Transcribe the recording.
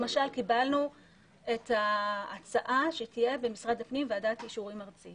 למשל: קיבלנו את ההצעה שתהיה במשרד הפנים ועדת אישורים ארצית.